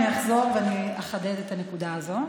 אני אחזור ואני אחדד את הנקודה הזאת.